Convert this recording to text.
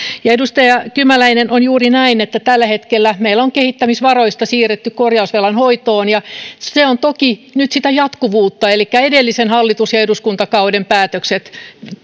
edustaja kymäläinen on juuri näin että tällä hetkellä meillä on kehittämisvaroista siirretty korjausvelan hoitoon ja se on toki nyt sitä jatkuvuutta elikkä edellisen hallitus ja eduskuntakauden päätökset